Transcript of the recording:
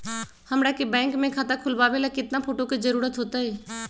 हमरा के बैंक में खाता खोलबाबे ला केतना फोटो के जरूरत होतई?